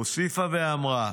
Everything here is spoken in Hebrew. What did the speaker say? הוסיפה ואמרה: